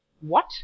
What